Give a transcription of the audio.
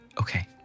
okay